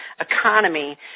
economy